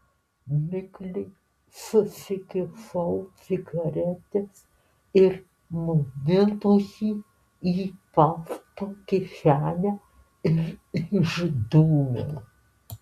mikliai susikišau cigaretes ir mobilųjį į palto kišenę ir išdūmiau